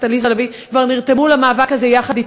עליזה לביא כבר נרתמו למאבק הזה יחד אתי.